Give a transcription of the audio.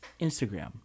Instagram